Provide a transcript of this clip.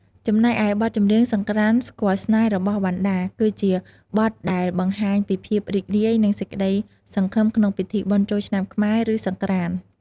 ចំណែកឯបទចម្រៀង សង្រ្កាន្តស្គាល់ស្នេហ៍ របស់វណ្ណដា គឺជាបទដែលបង្ហាញពីភាពរីករាយ និងសេចក្តីសង្ឃឹមក្នុងពិធីបុណ្យចូលឆ្នាំខ្មែរ ឬ សង្រ្កាន្ត។